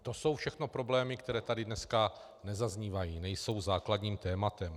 To jsou všechno problémy, které tady dneska nezaznívají, nejsou základním tématem.